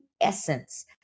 essence